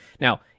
Now